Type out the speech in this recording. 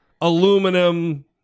aluminum